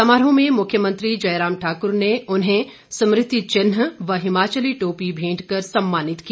समारोह में मुख्यमंत्री जयराम ठाक्र ने उन्हें स्मृति चिन्ह व हिमाचली टोपी भेंट कर सम्मानित किया